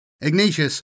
Ignatius